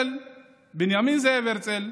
בנימין זאב הרצל,